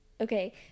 Okay